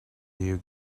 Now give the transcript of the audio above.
you